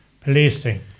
Policing